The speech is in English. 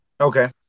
Okay